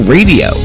Radio